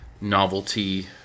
novelty